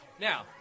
Now